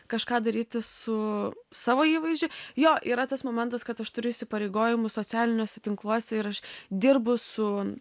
kažką daryti su savo įvaizdžiu jo yra tas momentas kad aš turiu įsipareigojimų socialiniuose tinkluose ir aš dirbu su